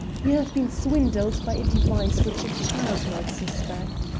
you have been swindled by a device which a child might suspect.